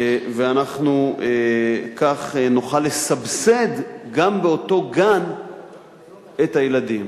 ואנחנו כך נוכל לסבסד גם באותו גן את הילדים.